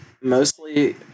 mostly